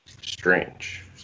strange